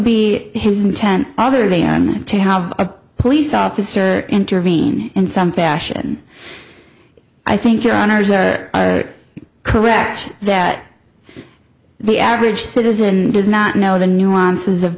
be his intent other than to have a police officer intervene in some fashion i think your honour's are correct that the average citizen does not know the nuances of